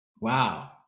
Wow